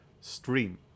stream